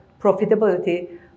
profitability